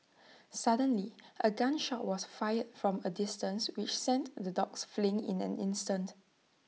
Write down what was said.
suddenly A gun shot was fired from A distance which sent the dogs fleeing in an instant